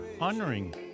honoring